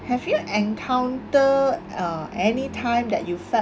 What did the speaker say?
have you encounter uh anytime that you felt